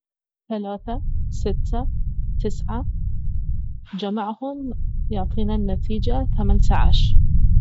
ثلاثة ستة تسعة جمعهم يعطينا النتيجة ثمانية عشر